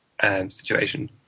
Situation